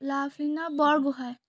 Lovlina Borgohain